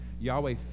Yahweh